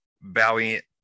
Valiant